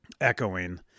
Echoing